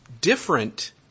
different